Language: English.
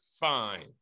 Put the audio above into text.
fine